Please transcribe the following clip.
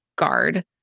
Guard